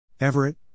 Everett